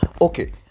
okay